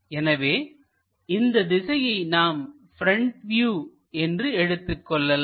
எனவே இந்த திசையை நாம் ப்ரெண்ட் வியூ என்று எடுத்துக்கொள்ளலாம்